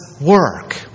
work